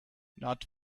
not